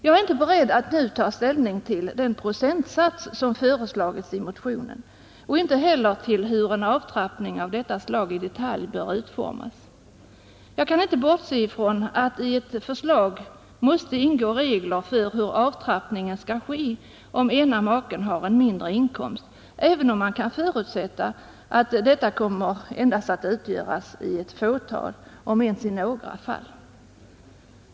Jag är inte beredd att nu ta ställning till den procentsats som föreslagits i motionen och inte heller till hur en avtrappning av detta slag i detalj bör utformas. Jag kan inte bortse ifrån att i ett förslag måste ingå regler för hur avtrappningen skall ske, om ena maken har en mindre inkomst, även om man kan förutsätta att detta endast kommer att utgöra ett fåtal om ens några fall.